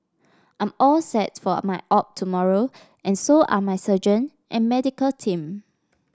I'm all set for my op tomorrow and so are my surgeon and medical team